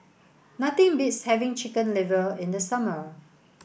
nothing beats having chicken liver in the summer